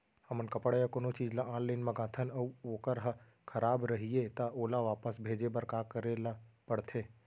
हमन कपड़ा या कोनो चीज ल ऑनलाइन मँगाथन अऊ वोकर ह खराब रहिये ता ओला वापस भेजे बर का करे ल पढ़थे?